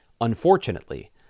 unfortunately